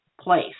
place